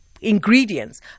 ingredients